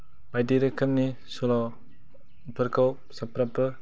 बायदि रोखोमनि सल'फोरखौ साफ्रोमबो